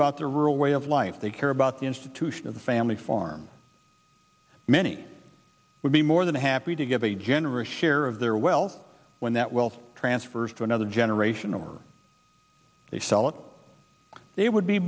about the rural way of life they care about the institution of the family farm many would be more than happy to give a generous share of their well when that wealth transfers to another generation or they sell it they would be